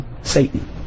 Satan